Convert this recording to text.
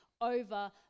over